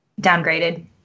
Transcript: downgraded